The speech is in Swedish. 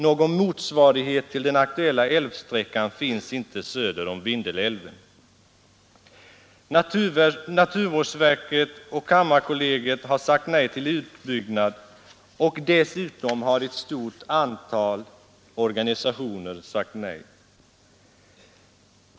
Någon motsvarighet till den aktuella älvsträckan finns inte söder om Vindelälven.” Naturvårdsverket och kammarkollegiet har sagt nej till utbyggnad, och dessutom har ett mycket stort antal organisationer sagt nej.